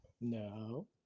No